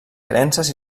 creences